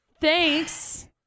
Thanks